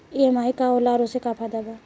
EMI का होला और ओसे का फायदा बा?